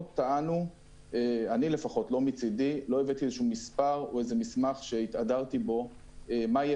אני לפחות לא הבאתי מספר או מסמך שהתהדרתי בו מה יהיה